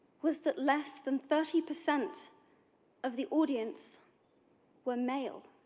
was that less than thirty percent of the audience were male.